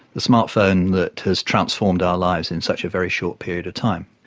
the smart phone that has transformed our lives in such a very short period of time.